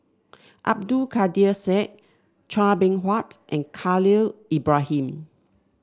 Abdul Kadir Syed Chua Beng Huat and Khalil Ibrahim